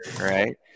Right